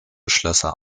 schlösser